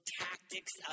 tactics